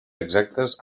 exactes